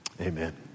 Amen